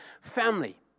family